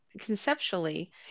conceptually